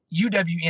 UWN